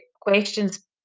questions